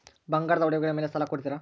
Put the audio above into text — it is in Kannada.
ಬಂಗಾರದ ಒಡವೆಗಳ ಮೇಲೆ ಸಾಲ ಕೊಡುತ್ತೇರಾ?